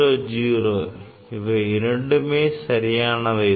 00 இவை இரண்டுமே சரியானவை தான்